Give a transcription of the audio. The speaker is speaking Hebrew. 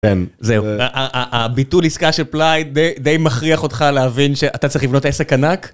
זהו, הביטול עסקה של פלייד די מכריח אותך להבין שאתה צריך לבנות עסק ענק?